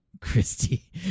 Christy